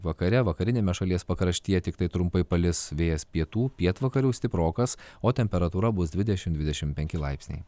vakare vakariniame šalies pakraštyje tiktai trumpai palis vėjas pietų pietvakarių stiprokas o temperatūra bus dvidešim dvidešim penki laipsniai